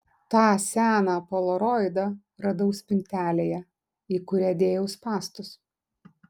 tą seną polaroidą radau spintelėje į kurią dėjau spąstus